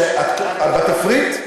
בתפריט,